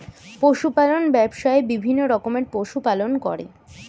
পশু পালন ব্যবসায়ে বিভিন্ন রকমের পশু পালন করে